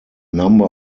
number